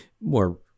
more